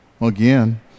Again